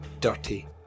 dirty